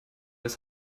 das